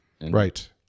Right